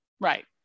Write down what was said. Right